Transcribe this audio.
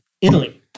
Italy